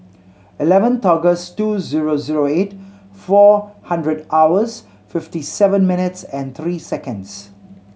eleventh August two zero zero eight four hundred hours fifty seven minutes and three seconds